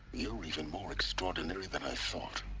you're even more extraordinary than i thought